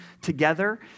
together